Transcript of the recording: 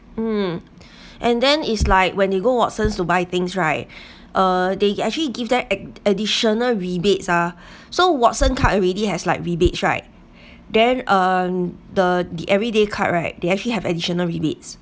um and then is like when you go watson's to buy things right uh they actually give them additional rebates ah so watson's card already has like rebates right then um the the everyday card right they actually have additional rebates